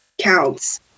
counts